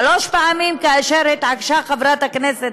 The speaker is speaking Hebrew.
שלוש פעמים כאשר התעקשה חברת הכנסת